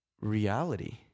reality